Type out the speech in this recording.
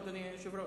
אדוני היושב-ראש?